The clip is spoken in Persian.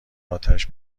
اتش